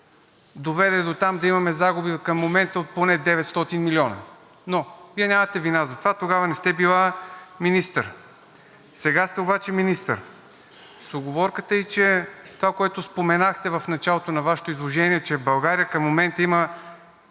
доведе дотам да имаме загуби към момента от поне 900 милиона, но Вие нямате вина за това, тогава не сте били министър, сега обаче сте министър. С уговорката и че това, което споменахте в началото на Вашето изложение, че България към момента има